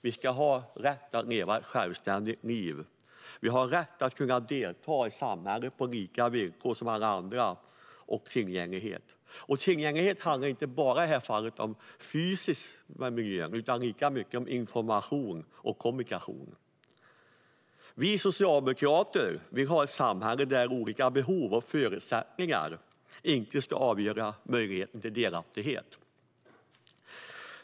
Vi ska ha rätt att leva ett självständigt liv och kunna delta i samhället på samma villkor som alla andra och ha tillgänglighet. Tillgänglighet handlar i det här fallet inte bara om den fysiska miljön utan lika mycket om information och kommunikation. Vi socialdemokrater vill ha ett samhälle där olika behov och förutsättningar inte ska avgöra möjligheten till delaktighet.